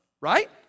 right